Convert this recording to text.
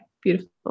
Beautiful